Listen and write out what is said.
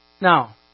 Now